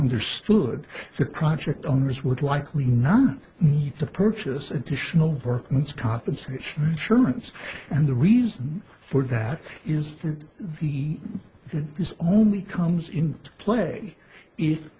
understood the project owners would likely not need to purchase additional workman's compensation insurance and the reason for that is that he is only comes into play i